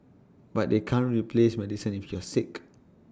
but they can't replace medicine if you're sick